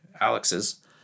Alex's